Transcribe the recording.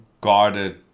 Guarded